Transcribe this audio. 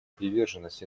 приверженность